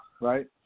right